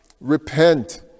Repent